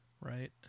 right